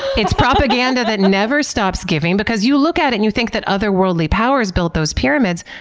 it's propaganda that never stops giving because you look at it and you think that other worldly powers built those pyramids.